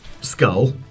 skull